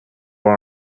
been